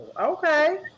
okay